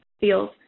feels